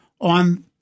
on